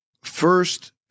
First